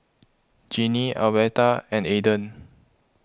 Jeanine Albertha and Aiden